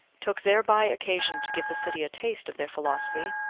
took thereby occasion to give the city a taste of their philosophy,